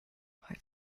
how